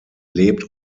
lebt